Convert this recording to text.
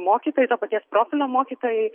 mokytojai to paties profilio mokytojai